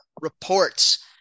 reports